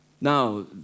Now